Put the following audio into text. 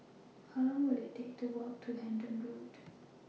How Long Will IT Take to Walk to Hendon Road